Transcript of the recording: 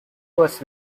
was